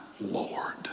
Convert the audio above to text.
Lord